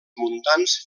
muntants